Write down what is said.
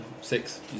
Six